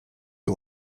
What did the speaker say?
wir